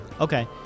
Okay